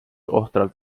ohtralt